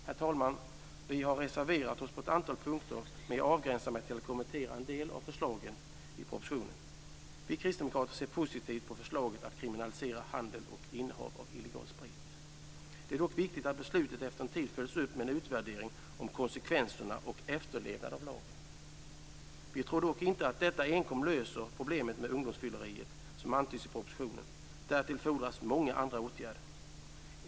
Herr talman! Vi har reserverat oss på ett antal punkter, men jag avgränsar mig till att kommentera en del av förslagen i propositionen. Vi kristdemokrater ser positivt på förslaget att kriminalisera handel och innehav av illegal sprit. Det är dock viktigt att beslutet efter en tid följs upp med en utvärdering om konsekvenser och efterlevnad av lagen. Vi tror dock inte att detta enkom löser problemet med ungdomsfylleriet, som antyds i propositionen. Därtill fordras många andra åtgärder.